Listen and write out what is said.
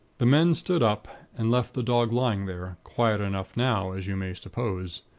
the men stood up, and left the dog lying there, quiet enough now, as you may suppose.